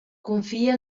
confia